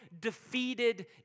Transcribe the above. defeated